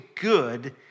good